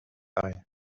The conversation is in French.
paris